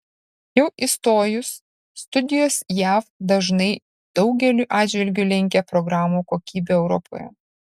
jau įstojus studijos jav dažnai daugeliu atžvilgiu lenkia programų kokybę europoje